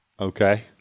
Okay